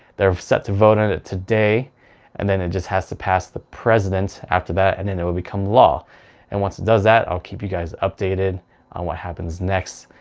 they're set to vote on it today and then it just has to pass the president after that. and then it will become law and once it does that i'll keep you guys updated on what happens next,